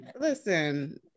Listen